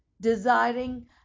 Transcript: desiring